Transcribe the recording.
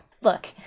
Look